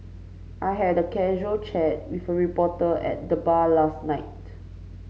I had a casual chat with a reporter at the bar last night